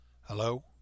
Hello